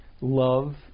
love